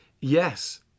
yes